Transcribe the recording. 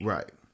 Right